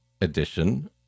edition